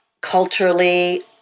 culturally